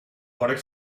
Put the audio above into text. porc